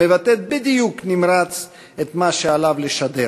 המבטאת בדיוק נמרץ את מה שעליו לשדר,